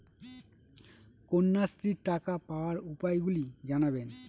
কন্যাশ্রীর টাকা পাওয়ার উপায়গুলি জানাবেন?